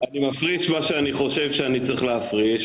אני מפריש מה שאני חושב שאני צריך להפריש,